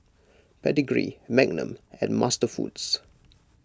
Pedigree Magnum and MasterFoods